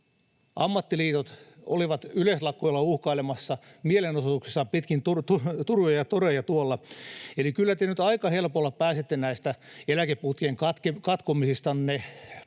Ammattiliitot olivat yleislakoilla uhkailemassa mielenosoituksissaan pitkin turkuja ja toreja tuolla. Eli kyllä te nyt aika helpolla pääsette näistä eläkeputken katkomisistanne,